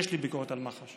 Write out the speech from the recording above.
יש לי ביקורת על מח"ש.